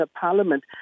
Parliament